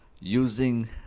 using